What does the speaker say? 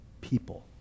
people